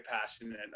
passionate